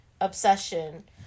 Obsession